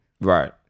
Right